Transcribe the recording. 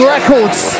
Records